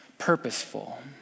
Purposeful